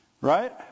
Right